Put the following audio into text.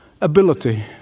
ability